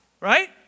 right